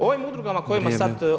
O ovim udrugama o kojima sada